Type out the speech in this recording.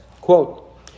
quote